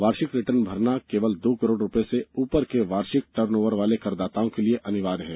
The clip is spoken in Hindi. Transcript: वार्षिक रिटर्न भरना केवल दो करोड रुपये से ऊपर के वार्षिक टर्न ओवर वाले करदाताओं के लिए अनिवार्य है